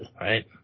right